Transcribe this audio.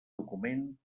document